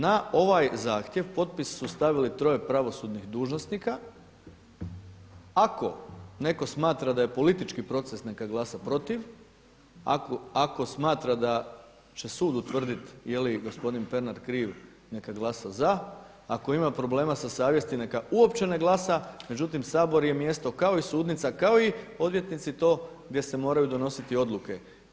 Na ovaj zahtjev potpis su stavili troje pravosudnih dužnosnika, ako netko smatra da je politički proces neka glasa protiv, ako smatra da će sud utvrditi je li gospodin Pernar kriv neka glasa za, ako ima problema sa savjesti neka uopće ne glasa međutim Sabor je mjesto kao i sudnica, kao i odvjetnici to gdje se moraju donositi odluke.